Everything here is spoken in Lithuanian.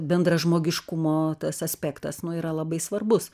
bendražmogiškumo tas aspektas nu yra labai svarbus